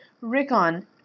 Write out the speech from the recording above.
Rickon